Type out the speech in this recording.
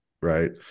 right